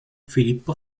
filippo